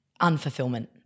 unfulfillment